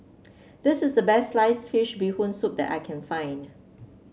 this is the best slice fish Bee Hoon Soup that I can find